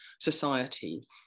society